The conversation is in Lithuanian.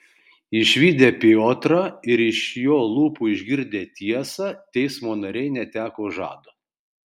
išvydę piotrą ir iš jo lūpų išgirdę tiesą teismo nariai neteko žado